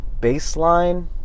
baseline